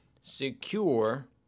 secure